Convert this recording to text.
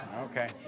Okay